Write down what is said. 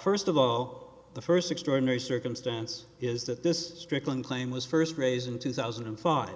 first of all the first extraordinary circumstance is that this stricken claim was first raised in two thousand and five